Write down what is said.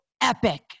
epic